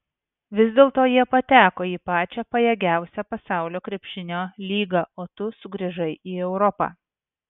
vis dėlto jie pateko į pačią pajėgiausią pasaulio krepšinio lygą o tu sugrįžai į europą